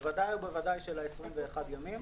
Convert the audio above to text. בוודאי ובוודאי של ה-21 ימים.